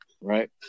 right